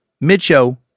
mid-show